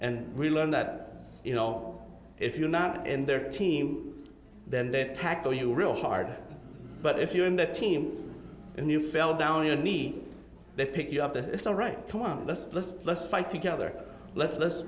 and we learned that you know if you're not in their team then that packer you real hard but if you're in the team and you fell down your knee they pick you up that it's all right come on let's let's let's fight together let's l